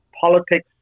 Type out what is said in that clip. politics